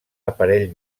aparell